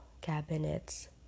cabinets